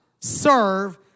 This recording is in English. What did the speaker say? serve